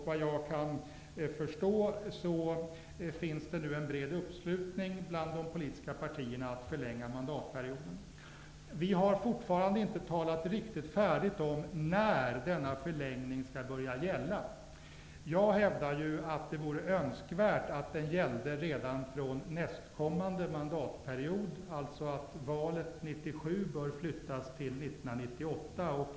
Vad jag kan förstå finns det nu en bred uppslutning hos de politiska partierna att förlänga mandatperioden. Vi har fortfarande inte riktigt talat färdigt om när denna förlängning skall börja gälla. Jag hävdar att det vore önskvärt att den gällde redan från nästkommande mandatperiod, dvs. att valet 1997 bör flyttas till 1998.